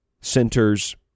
centers